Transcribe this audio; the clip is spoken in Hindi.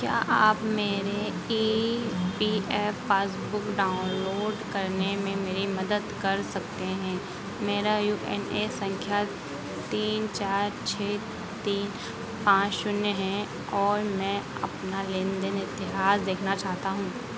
क्या आप मेरी E P F passbook download करने में मेरी मदद कर सकते हैं मेरा यू ए एन सँख्या तीन चार छह तीन पाँच शून्य है और मैं अपना लेनदेन इतिहास देखना चाहता हूँ